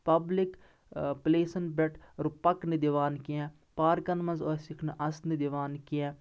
public پلیسَن پٮ۪ٹھ رُک پَکنہٕ دِوان کینٛہہ پارکَن منٛز ٲسِکھ نہٕ اَژنہٕ دِوان کینٛہہ